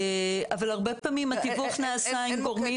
אבל הרבה פעמים התיווך נעשה עם גורמים